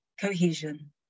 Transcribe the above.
cohesion